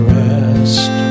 rest